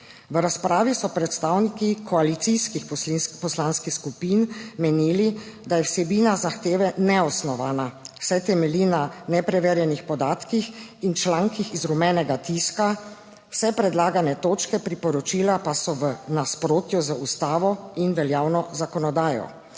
– 14.20** (Nadaljevanje) poslanskih skupin menili, da je vsebina zahteve neosnovana, saj temelji na nepreverjenih podatkih in člankih iz rumenega tiska. Vse predlagane točke priporočila pa so v nasprotju z Ustavo in veljavno zakonodajo.